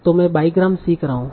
तों मैं बाईग्राम सीख रहा हूँ